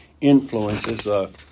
influences